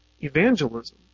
evangelism